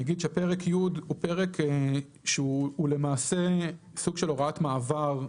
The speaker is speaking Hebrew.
אני אגיד שפרק י' הוא פרק שהוא למעשה סוג של הוראת מעבר,